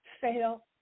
fail